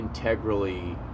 integrally